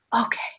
okay